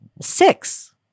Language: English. Six